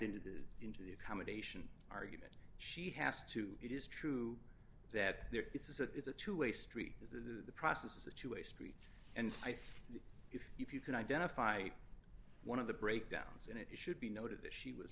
into the into the accommodation argument she has to it is true that there is a it's a two way street is the process is a two way street and i think if you can identify one of the breakdowns and it should be noted that she